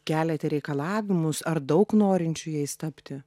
keliate reikalavimus ar daug norinčių jais tapti